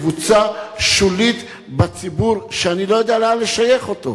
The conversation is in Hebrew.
זו קבוצה שולית בציבור שאני לא יודע לאן לשייך אותה.